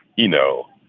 you know,